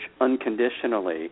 unconditionally